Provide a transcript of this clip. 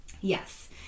Yes